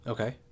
Okay